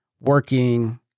working